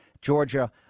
Georgia